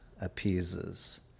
appeases